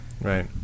right